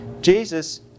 Jesus